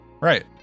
Right